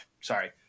sorry